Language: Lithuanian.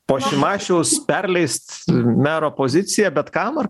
po šimašiaus perleist mero poziciją bet kam ar